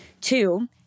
two